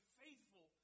faithful